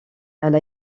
elle